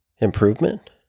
improvement